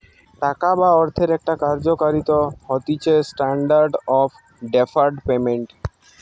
টাকা বা অর্থের একটা কার্যকারিতা হতিছেস্ট্যান্ডার্ড অফ ডেফার্ড পেমেন্ট